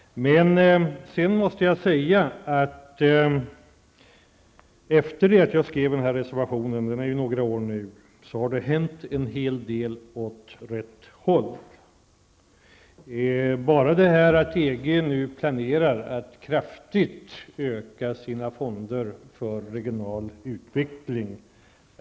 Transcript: Efter det att jag avgav den här reservationen -- det är nu några år sedan -- har det hänt en hel del som har bidragit till att utvecklingen har gått åt rätt håll. Något som är väsentligt är att EG nu planerar att kraftigt utöka sina fonder för regional utveckling.